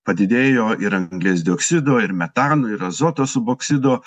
padidėjo ir anglies dioksido ir metano ir azoto suboksido